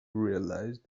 realized